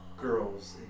girls